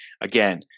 again